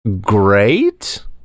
great